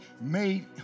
made